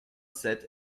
sept